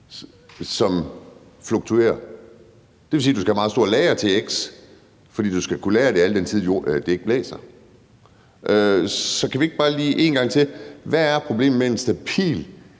som fluktuerer. Det vil sige, at du skal have meget store lagre til x, fordi du skal kunne lagre det al den tid, det ikke blæser. Så kan vi ikke bare lige en gang til høre: Hvad er problemet med en stabil